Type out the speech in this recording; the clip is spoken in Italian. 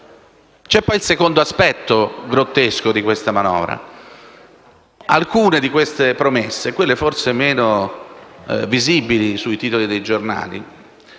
C'è poi il secondo aspetto grottesco della manovra in esame. Alcune di queste promesse, quelle forse meno visibili sui titoli dei giornali,